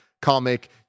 comic